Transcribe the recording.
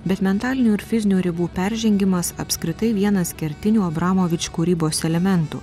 bet mentalinių ir fizinių ribų peržengimas apskritai vienas kertinių abramovič kūrybos elementų